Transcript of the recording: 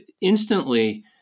instantly